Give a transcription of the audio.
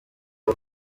rwo